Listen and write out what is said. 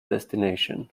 destination